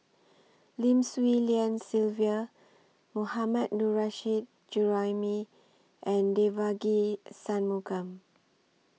Lim Swee Lian Sylvia Mohammad Nurrasyid Juraimi and Devagi Sanmugam